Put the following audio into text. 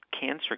cancer